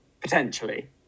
potentially